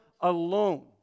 alone